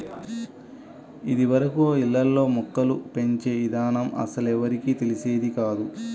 ఇదివరకు ఇళ్ళల్లో మొక్కలు పెంచే ఇదానం అస్సలెవ్వరికీ తెలిసేది కాదు